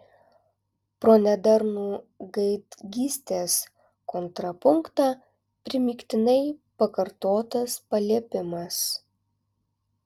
pro nedarnų gaidgystės kontrapunktą primygtinai pakartotas paliepimas